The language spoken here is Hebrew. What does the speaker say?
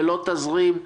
ללא תזרים.